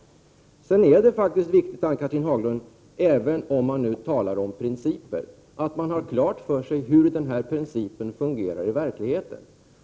Sedan är det faktiskt viktigt, Ann-Cathrine Haglund, även om man talar om principer, att man har klart för sig hur dessa principer fungerar i verkligheten.